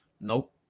Nope